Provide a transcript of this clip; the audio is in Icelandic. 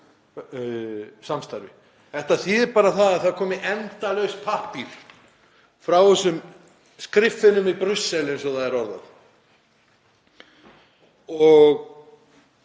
EES-samstarfi. Þetta þýði bara að það komi endalaus pappír frá þessum skriffinnum í Brussel, eins og það er orðað.